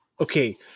okay